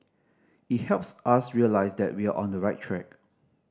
it helps us realise that we're on the right track